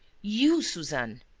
you! suzanne!